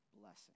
blessing